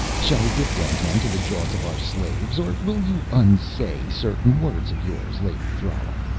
shall we give dandtan into the jaws of our slaves, or will you unsay certain words of yours, lady thrala?